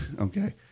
Okay